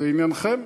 זה עניינכם.